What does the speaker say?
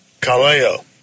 kaleo